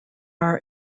are